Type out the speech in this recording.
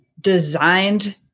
designed